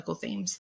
themes